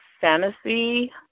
fantasy